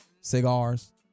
Cigars